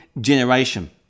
generation